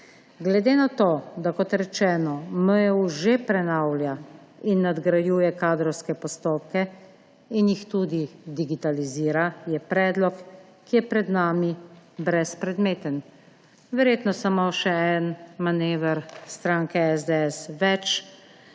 Glede na to, da, kot rečeno, MJU že prenavlja in nadgrajuje kadrovske postopke in jih tudi digitalizira, je predlog, ki je pred nami, brezpredmeten. Verjetno samo še en manever stranke SDS več,